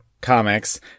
comics